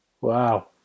Wow